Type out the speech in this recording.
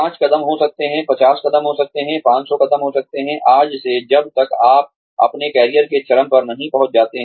पांच कदम हो सकते हैं 50 कदम हो सकते हैं और 500 कदम हो सकते हैं आज से जब तक आप अपने कैरियर के चरम पर नहीं पहुंच जाते